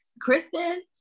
Kristen